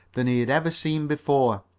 than he had ever seen before.